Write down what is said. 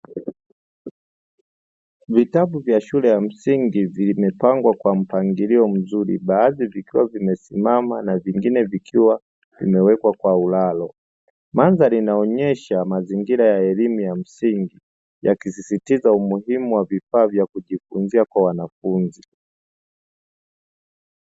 Vitabu vya shule ya msingi vimepangwa kwa mpangilio mzuri baadhi vikiwa vimesimama na vingine vikiwa vimewekwa kwa ulalo. Mandhari inaonyesha mazingira ya elimu ya msingi yakisisitiza umuhimu wa vifaa vya kujifunzia kwa wanafunzi.